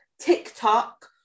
tiktok